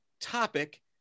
topic